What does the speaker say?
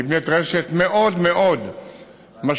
נבנית רשת מאוד מאוד משמעותית,